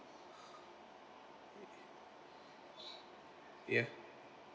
ya